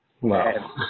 Wow